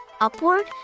upward